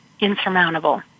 insurmountable